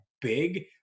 big